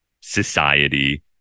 society